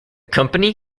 company